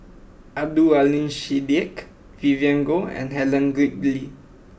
Abdul Aleem Siddique Vivien Goh and Helen Gilbey